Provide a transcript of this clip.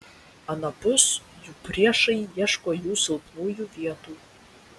anapus jų priešai ieško jo silpnųjų vietų